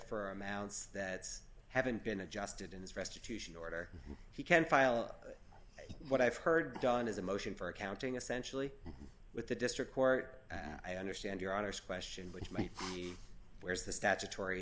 for amounts that haven't been adjusted in this restitution order he can file what i've heard don is a motion for accounting essentially with the district court and i understand your honor's question which might be where's the statutory